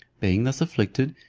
being thus afflicted,